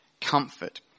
comfort